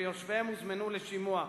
ויושביהם הוזמנו לשימוע.